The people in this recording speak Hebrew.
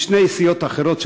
שתי סיעות אחרות,